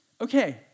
okay